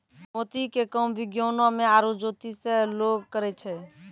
मोती के काम विज्ञानोॅ में आरो जोतिसें लोग करै छै